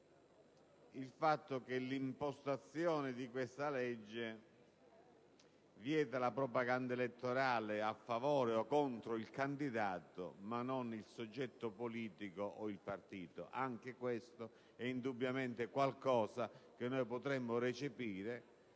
il fatto che l'impostazione di questa legge vieta la propaganda elettorale a favore o contro il candidato, ma non a favore o contro il soggetto politico o il partito. Anche questo è indubbiamente un suggerimento che potremmo recepire,